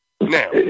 Now